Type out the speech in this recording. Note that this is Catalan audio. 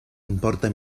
importa